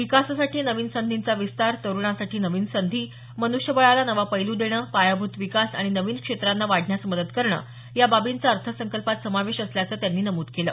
विकासासाठी नवीन संधींचा विस्तार तरुणांसाठी नवीन संधी मन्ष्यबळाला नवा पैलू देणं पायाभूत विकास आणि नवीन क्षेत्रांना वाढण्यास मदत करणं या बाबींचा अर्थसंकल्पात समावेश असल्याचं त्यांनी नमूद केलं